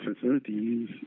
facilities